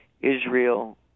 Israel